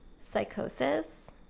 Psychosis